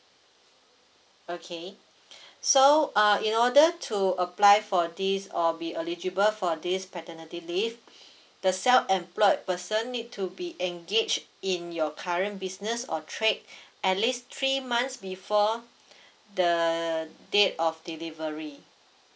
okay so uh in order to apply for this or be eligible for this paternity leave the self employed person need to be engaged in your current business or trade at least three months before the date of delivery